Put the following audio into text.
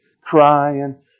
crying